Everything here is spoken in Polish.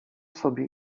sobie